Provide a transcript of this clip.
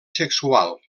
sexual